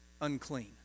unclean